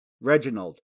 Reginald